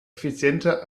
effizienter